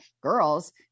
girls